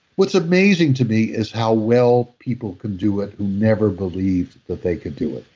what's amazing to me is how well people can do it who never believed that they could do it.